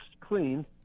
clean